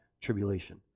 tribulation